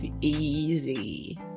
easy